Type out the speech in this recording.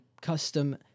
custom